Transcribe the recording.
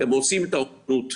הם רוצים תרבות.